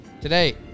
Today